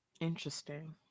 Interesting